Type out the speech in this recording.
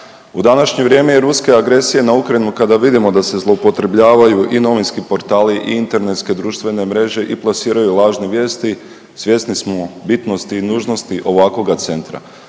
U današnje vrijeme i ruske agresije na Ukrajinu kada vidimo da se zloupotrebljavaju i novinski portali i internetske društvene mreže i plasiraju lažne vijesti svjesni smo bitnosti i nužnosti ovakvoga centra.